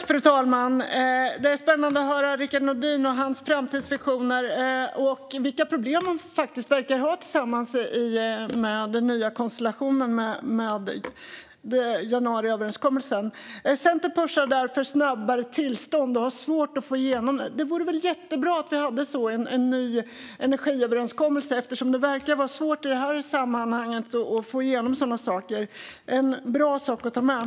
Fru talman! Det är spännande att höra Rickard Nordin och hans framtidsvisioner och även vilka problem den nya konstellationen i januariöverenskommelsen verkar ha. Där pushar Centern för snabbare tillstånd och har svårt att få igenom det. Det vore väl jättebra med en ny energiöverenskommelse eftersom det verkar svårt att få igenom sådana saker i det här sammanhanget. En bra sak att ta med!